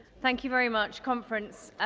thank you very much, conference.